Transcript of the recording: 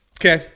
Okay